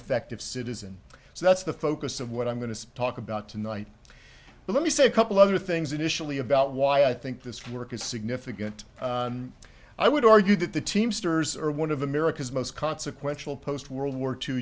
effective citizen so that's the focus of what i'm going to talk about tonight but let me say a couple other things initially about why i think this work is significant i would argue that the teamsters are one of america's most consequential post world war two